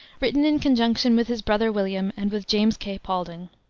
written in conjunction with his brother william and with james k. paulding.